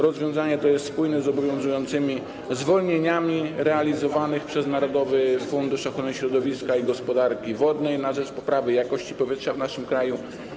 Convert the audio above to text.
Rozwiązanie to jest spójne z obowiązującymi zwolnieniami realizowanymi przez Narodowy Fundusz Ochrony Środowiska i Gospodarki Wodnej na rzecz poprawy jakości powietrza w naszym kraju.